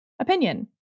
opinion